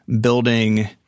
building